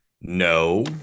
No